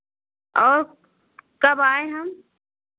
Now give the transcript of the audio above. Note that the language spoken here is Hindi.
और कब आएँ हम